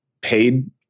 paid